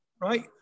right